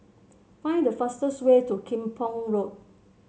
find the fastest way to Kim Pong Road